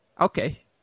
Okay